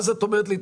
אז את אומרת לי,